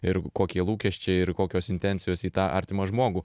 ir kokie lūkesčiai ir kokios intencijos į tą artimą žmogų